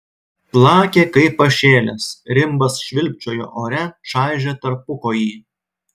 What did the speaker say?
plakė kaip pašėlęs rimbas švilpčiojo ore čaižė tarpukojį